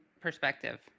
perspective